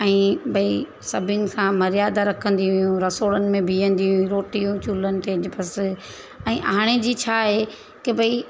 ऐं भई सभिनि खां मर्यादा रखंदी हुयूं रसोड़नि में बिहंदी हुयूं रोटियूं चुल्हनि ते जे पस ऐं हाणे जी छा आहे की भई